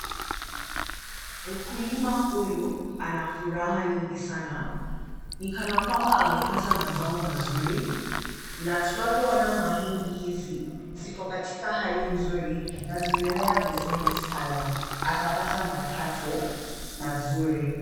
Mkulima huyu anafuraha nyingi sana ni kana kwamba amepata mazao mazuri na tunavyoona mahindi hizi ziko katika hali nzuri na zimemea vizuri sana. Atapata mapato mazuri.